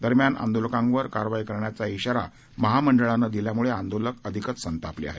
दरम्यान आंदोलकांवर कारवाई करण्याचा श्रारा महामंडळानं दिल्यामुळे आंदोलक अधिकच संतापले आहेत